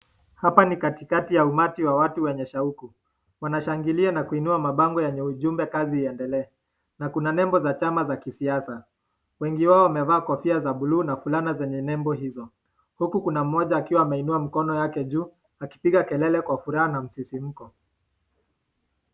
Hapa ni katikati ya umati wa watu wenye shauku wanashangilia na kuinua mabango limeandikwa kazi iendelee, na kuna nembo za kazi ya kisiasa, wengi wao wamevaa kofia za blue na fulana lenye nembo hizo, huku kuna moja ameinua mikono yake juu akipiga kelele kwa furaha na mititimiko.